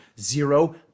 zero